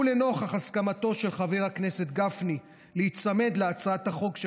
ולנוכח הסכמתו של חבר הכנסת גפני להיצמד להצעת החוק של